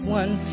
one